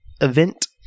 event